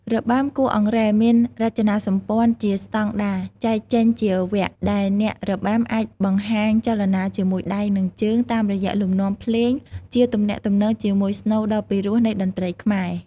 របាំគោះអង្រែមានរចនាសម្ព័ន្ធជាស្តង់ដារចែកចេញជាវគ្គដែលអ្នករបាំអាចបង្ហាញចលនាជាមួយដៃ និងជើង តាមរយៈលំនាំភ្លេងជាទំនាក់ទំនងជាមួយសូរដ៏ពិរោះនៃតន្ត្រីខ្មែរ។